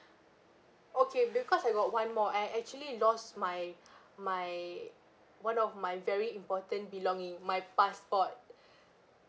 okay because I got one more I actually lost my my one of my very important belonging my passport